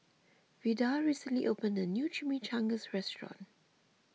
Vida recently opened a new Chimichangas restaurant